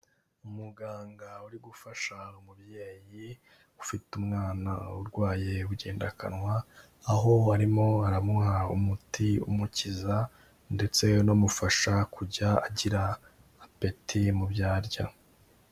Umuganga uri gufasha umubyeyi ufite umwana urwaye ubugendakanwa, aho arimo aramuha umuti umukiza ndetse unamufasha kujya agira apeti mu byo arya.